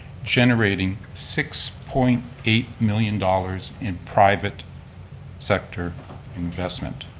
generating six point eight million dollars in private sector investment.